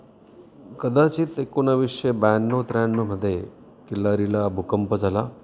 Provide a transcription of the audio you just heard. कदाचित एकोणविसशे ब्याण्णव त्र्याण्णवमध्ये किल्लारीला भूकंप झाला